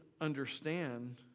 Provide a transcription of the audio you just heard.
understand